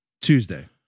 Tuesday